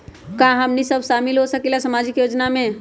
का हमनी साब शामिल होसकीला सामाजिक योजना मे?